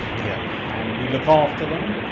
yep. and we look after them,